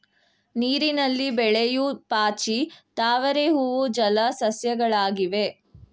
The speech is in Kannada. ನೀರಿನಲ್ಲಿ ಬೆಳೆಯೂ ಪಾಚಿ, ತಾವರೆ ಹೂವು ಜಲ ಸಸ್ಯಗಳಾಗಿವೆ